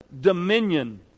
dominion